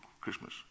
Christmas